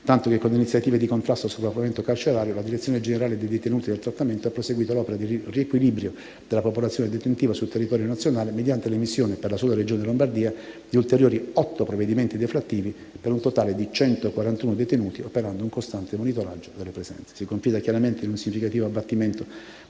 tanto che, con iniziative di contrasto al sovraffollamento carcerario, la direzione generale dei detenuti e del trattamento ha proseguito l'opera di riequilibrio della popolazione detentiva su territorio nazionale mediante l'emissione, per la sola Regione Lombardia, di ulteriori otto provvedimenti deflattivi per un totale di 141 detenuti, operando un costante monitoraggio delle presenze. Si confida chiaramente in un significativo abbattimento